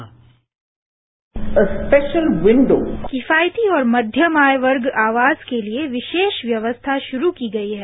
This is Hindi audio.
बाईट किफायती और मध्यम आर्य वर्ग आवास के लिए विशेष व्यवस्था शुरू की गई है